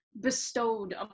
bestowed